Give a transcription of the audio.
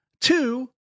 two